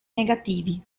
negativi